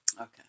Okay